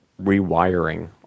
rewiring